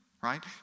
right